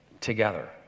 together